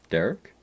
Derek